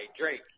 Drake